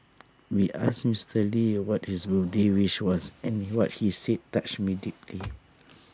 we asked Mister lee what his birthday wish was and what he said touched me deeply